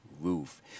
roof